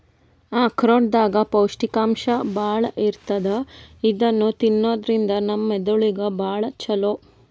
ಆಕ್ರೋಟ್ ದಾಗ್ ಪೌಷ್ಟಿಕಾಂಶ್ ಭಾಳ್ ಇರ್ತದ್ ಇದು ತಿನ್ನದ್ರಿನ್ದ ನಮ್ ಮೆದಳಿಗ್ ಭಾಳ್ ಛಲೋ